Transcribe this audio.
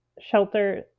shelter